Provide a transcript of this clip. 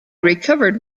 recovered